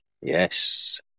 Yes